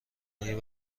آیا